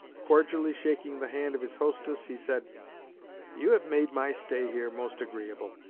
cordially shaking the hand of his hostess, he said you have made my stay here most agreeable,